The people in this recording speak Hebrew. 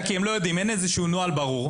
כי לא יודעים כי אין איזה נוהל ברור.